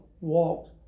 walked